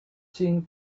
seen